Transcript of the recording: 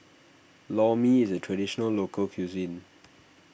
Lor Mee is a Traditional Local Cuisine